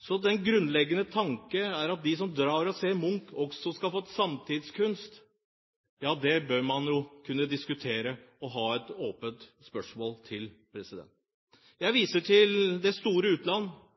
Så den grunnleggende tanken er at de som drar og ser Munch, også skal få se samtidskunst. Det bør man kunne diskutere og stille et åpent spørsmål ved. Jeg viser til det store utland.